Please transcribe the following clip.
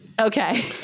Okay